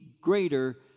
greater